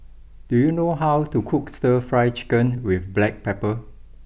do you know how to cook Stir Fry Chicken with Black Pepper